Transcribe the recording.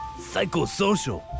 Psychosocial